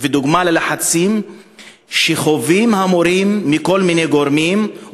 ודוגמה ללחצים שחווים המורים מכל מיני גורמים,